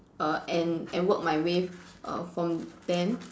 err and and work my uh from then